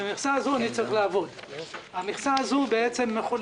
עם המכסה הזאת אני צריך לעבוד.